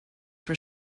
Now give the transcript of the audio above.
for